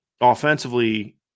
Offensively